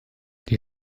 die